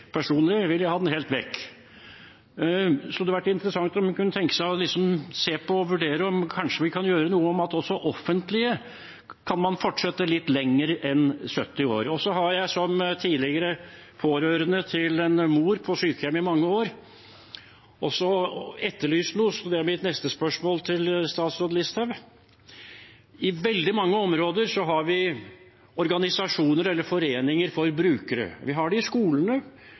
Personlig vil jeg ha den helt vekk. Det hadde vært interessant om hun kunne tenke seg å se på og vurdere om vi kanskje kan gjøre noe med det, slik at man også i det offentlige kan fortsette litt lenger enn til 70 år. Jeg har som tidligere pårørende til en mor på sykehjem i mange år også etterlyst noe, så det er mitt neste spørsmål til statsråd Listhaug. På veldig mange områder har vi organisasjoner eller foreninger for brukere. Vi har det i skolene,